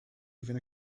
even